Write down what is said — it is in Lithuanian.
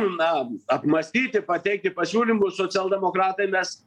na apmąstyti pateikti pasiūlymus socialdemokratai mes